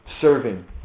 Serving